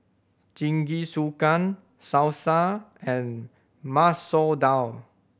Jingisukan Salsa and Masoor Dal